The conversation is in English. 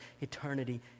eternity